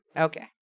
Okay